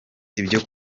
ibyo